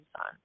on